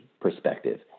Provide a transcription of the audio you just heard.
perspective